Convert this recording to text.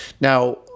Now